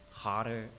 hotter